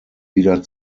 wieder